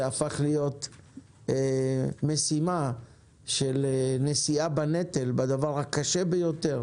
זה הפך להיות משימה של נשיאה בנטל בדבר הקשה ביותר